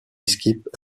skip